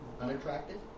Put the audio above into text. Unattracted